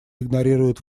игнорируют